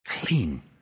Clean